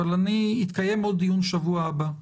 אבל יתקיים עוד דיון בשבוע הבא.